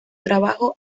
trabajo